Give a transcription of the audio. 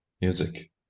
music